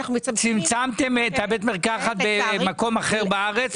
צמצמתם פעילות בבית מרקחת שהוא במקום אחר בארץ?